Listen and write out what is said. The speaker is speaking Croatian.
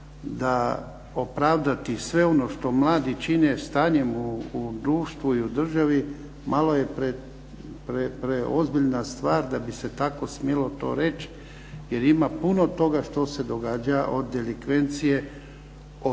da opravdati sve ono što mladi čine stanjem u društvu i u državi malo je preozbiljna stvar da bi se tako smjelo to reći jer ima puno toga što se događa od delikvencije, od rata